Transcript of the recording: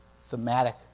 thematic